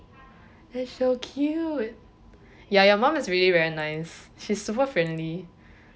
that's so cute ya your mum is really very nice she is super friendly